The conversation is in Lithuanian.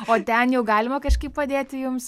o ten jau galima kažkaip padėti jums